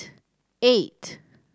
eight